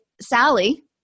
sally